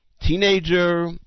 teenager